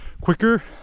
quicker